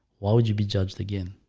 why would you be judged again?